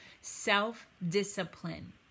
Self-discipline